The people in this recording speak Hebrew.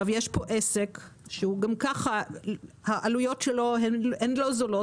יש כאן עסק שגם כך העלויות שלו הן לא זולות,